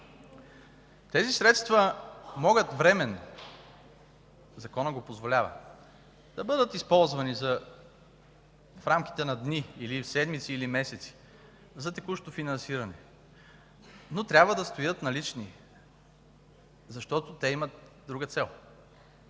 Тези средства могат временно – законът го позволява, да бъдат използвани в рамките на дни, седмици или месеци, за текущо финансиране. Но трябва да стоят налични, защото те имат друга цел.